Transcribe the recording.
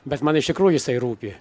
bet man iš tikrųjų jisai rūpi